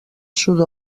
sud